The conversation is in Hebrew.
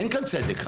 אין כאן צדק.